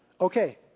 Okay